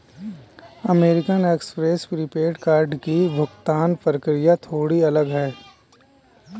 American Express prepaid card की भुगतान प्रक्रिया थोड़ी अलग है